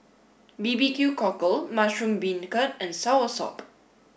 B B Q Cockle Mushroom Beancurd and Soursop